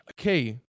Okay